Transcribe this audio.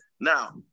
Now